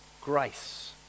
grace